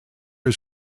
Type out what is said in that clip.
are